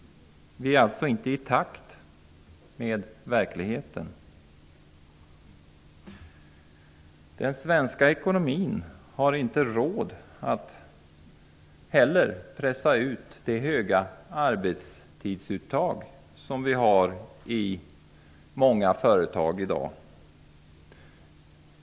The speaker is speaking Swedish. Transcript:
Vi är alltså inte i takt med verkligheten. Den svenska ekonomin har inte heller råd att pressa ut det höga arbetstidsuttag som många företag i dag har.